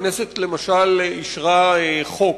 הכנסת, למשל, אישרה חוק,